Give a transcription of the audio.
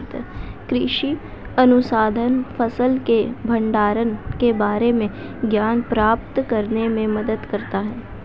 कृषि अनुसंधान फसल के भंडारण के बारे में ज्ञान प्राप्त करने में मदद करता है